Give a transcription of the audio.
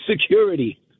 security